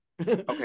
okay